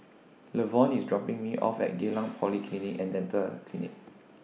Levon IS dropping Me off At Geylang Polyclinic and Dental Clinic